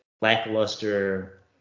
lackluster